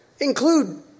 include